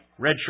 redshirt